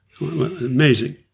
Amazing